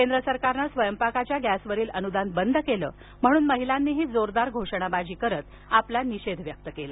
केंद्र सरकारने स्वयंपाकाच्या गॅसवरील अनुदान बंद केलं म्हणून महिलांनीही जोरादार घोषणाबाजी करत आपला निषेध व्यक्त केला